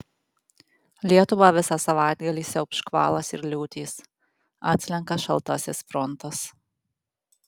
lietuvą visą savaitgalį siaubs škvalas ir liūtys atslenka šaltasis frontas